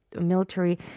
military